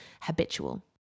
habitual